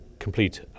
complete